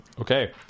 Okay